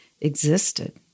existed